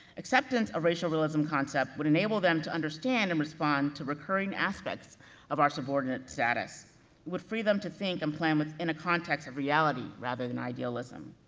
acceptance of racial realism concept would enable them to understand and respond to recurring aspects of our subordinate status. it would free them to think and plan within a context of reality rather than idealism.